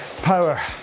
power